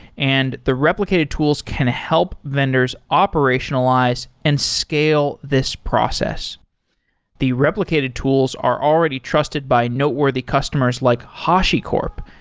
and the replicated tools can help vendors operationalize and scale this process the replicated tools are already trusted by noteworthy customers like hashicorp,